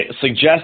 suggest